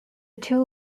two